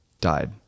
died